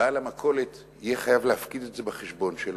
ובעל המכולת יהיה חייב להפקיד את זה בחשבון שלו.